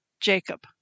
Jacob